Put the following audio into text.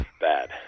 bad